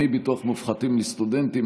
דמי ביטוח מופחתים לסטודנטים),